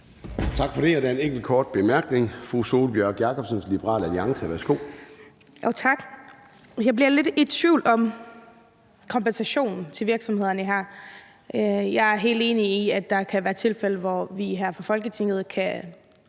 Tak for det. Der er en enkelt kort bemærkning fra fru Sólbjørg Jakobsen, Liberal Alliance. Værsgo. Kl. 12:59 Sólbjørg Jakobsen (LA): Tak. Jeg bliver lidt i tvivl om kompensationen til virksomhederne her. Jeg er helt enig i, at der kan være tilfælde, hvor vi her i Folketinget gør